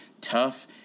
tough